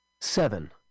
Seven